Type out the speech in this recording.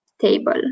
table